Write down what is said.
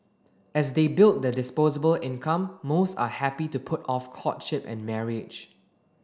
as they build their disposable income most are happy to put off courtship and marriage